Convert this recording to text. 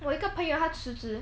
我一个朋友他辞职